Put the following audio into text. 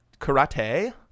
Karate